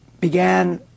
began